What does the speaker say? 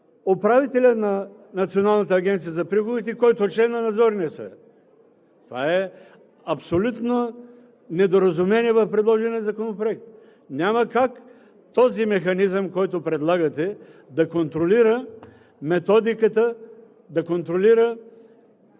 управителя на Националната агенция за приходите, който е член на Надзорния съвет. Това е абсолютно недоразумение в предложения законопроект. Няма как този механизъм, който предлагате, да контролира методиката, да контролира